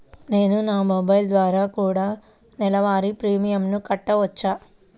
నేను నా మొబైల్ ద్వారా కూడ నెల వారి ప్రీమియంను కట్టావచ్చా?